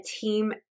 team